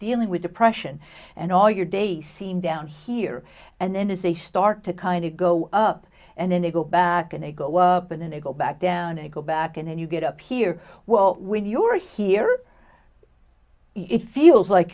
dealing with depression and all your days seem down here and then has a start to kind of go up and then they go back and they go up and then they go back down and go back in and you get up here well when you're here it feels like